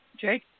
Jake